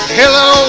hello